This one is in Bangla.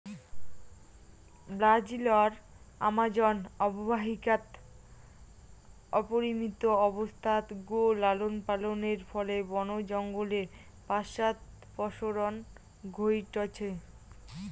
ব্রাজিলর আমাজন অববাহিকাত অপরিমিত অবস্থাত গো লালনপালনের ফলে বন জঙ্গলের পশ্চাদপসরণ ঘইটছে